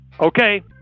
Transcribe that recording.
Okay